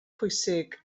pwysig